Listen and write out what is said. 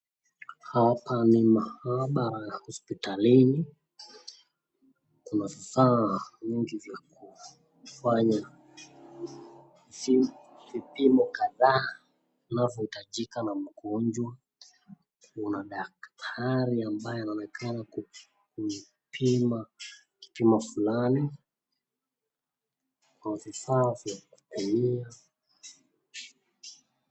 Hapa ni mahaba ya hospitalini, kuna vifaa nyingi za kufanya vipimo kadhaa inavyohitajika na magonjwa, kuna daktari ambaye anaonekana ku, kupima kipimo fulani, kuna vifaa vya kupimia ...